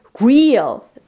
real